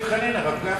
למה אתה